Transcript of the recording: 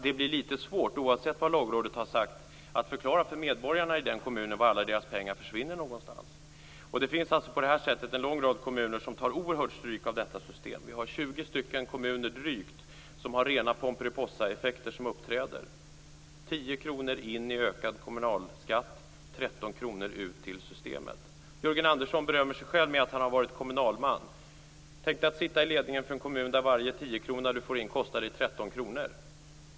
Det blir litet svårt, oavsett vad Lagrådet har sagt, att förklara för medborgarna i den kommunen vart alla deras pengar försvinner. Det finns på det här sättet en lång rad kommuner som tar oerhört mycket stryk av detta system. I drygt 20 kommuner uppträder rena pomperipossaeffekter. Det är 10 kr in i ökad kommunalskatt och 13 kr ut till systemet. Jörgen Andersson berömmer sig av att ha varit kommunalman. Tänk om han hade suttit i ledningen för en kommun där varje 10-krona som han får in kostar honom 13 kr!